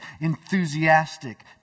enthusiastic